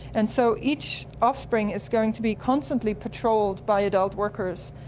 and so each offspring is going to be constantly patrolled by adult workers,